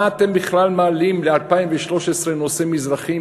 מה אתם בכלל מעלים ב-2013 נושא מזרחים?